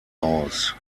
aus